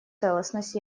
целостность